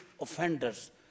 offenders